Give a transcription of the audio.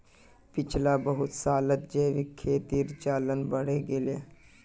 पिछला बहुत सालत जैविक खेतीर चलन बढ़े गेले